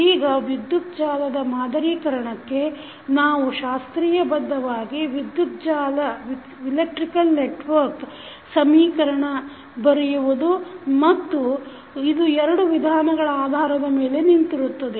ಈಗ ವಿದ್ಯುತ್ ಜಾಲದ ಮಾದರೀಕರಣಕ್ಕೆ ನಾವು ಶಾಸ್ತ್ರೀಯ ಬದ್ಧವಾಗಿ ವಿದ್ಯುತ್ ಜಾಲ ಸಮೀಕರಣ ಬರೆಯುವುದು ಮತ್ತು ಇದು ಎರಡು ವಿಧಾನಗಳ ಆಧಾರದ ಮೇಲೆ ನಿಂತಿರುತ್ತದೆ